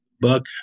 book